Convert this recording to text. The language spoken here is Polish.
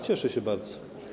Cieszę się bardzo.